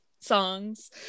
songs